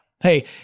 Hey